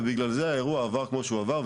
ובגלל זה האירוע עבר כמו שהוא עבר,